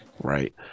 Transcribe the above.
right